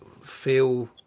feel